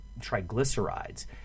triglycerides